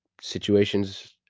situations